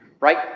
right